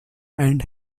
and